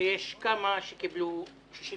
שיש כמה שקיבלו 61,